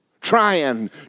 Trying